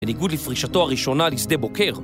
בניגוד לפרישתו הראשונה לשדה בוקר